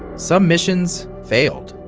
some missions failed.